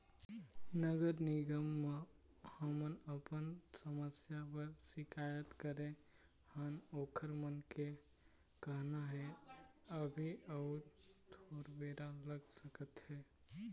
नगर निगम म हमन अपन समस्या बर सिकायत करे हन ओखर मन के कहना हे अभी अउ थोर बेरा लग सकत हे